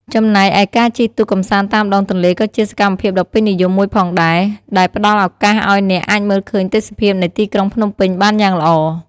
ចំណែកឯការជិះទូកកម្សាន្តតាមដងទន្លេក៏ជាសកម្មភាពដ៏ពេញនិយមមួយផងដែរ ដែលផ្ដល់ឱកាសឱ្យអ្នកអាចមើលឃើញទេសភាពនៃទីក្រុងភ្នំពេញបានយ៉ាងល្អ។